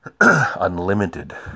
unlimited